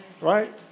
Right